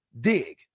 dig